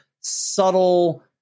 subtle